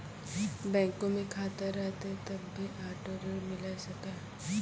बैंको मे खाता रहतै तभ्भे आटो ऋण मिले सकै